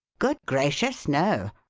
good gracious, no!